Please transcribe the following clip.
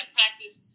practice